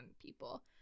people